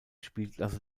spielklasse